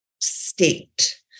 state